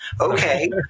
Okay